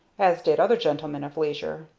as did other gentlemen of leisure.